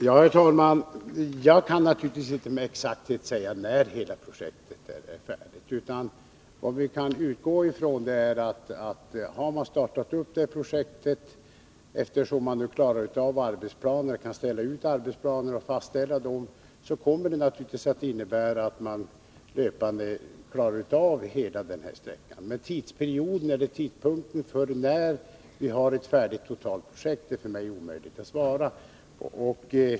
Herr talman! Jag kan naturligtvis inte med exakthet säga när hela projektet kommer att vara färdigt. Men vi kan utgå från att när man har startat I projektet kommer man att löpande — vartefter man arbetar fram arbetsplaner, kan ställa ut dem och fastställa dem — klara av hela sträckan. Men tidpunkten när projektet kan vara färdigt är för mig omöjlig att ange.